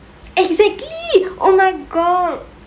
exactly oh my god